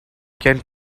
can